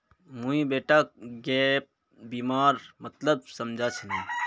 मुई बेटाक गैप बीमार मतलब समझा छिनु